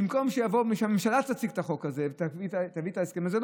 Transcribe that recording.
במקום שהממשלה תציג את החוק הזה ותביא את ההסכם הזה,